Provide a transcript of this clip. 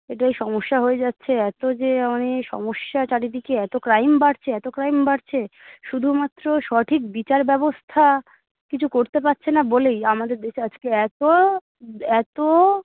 এটাই সমস্যা হয়ে যাচ্ছে এত যে মানে সমস্যা চারিদিকে এত ক্রাইম বাড়ছে এত ক্রাইম বাড়ছে শুধুমাত্র সঠিক বিচার ব্যবস্থা কিছু করতে পারছে না বলেই আমাদের দেশ আজকে এত এত